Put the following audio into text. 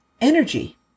energy